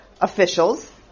officials